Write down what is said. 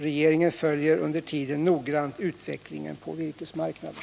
Regeringen följer under tiden noggrant utvecklingen på virkesmarknaden.